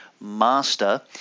master